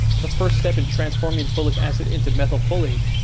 the first step in transforming folic acid into methylfolate,